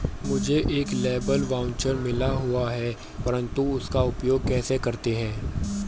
मुझे एक labour voucher मिला हुआ है परंतु उसका उपयोग कैसे करते हैं?